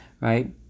Right